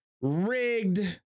Rigged